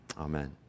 Amen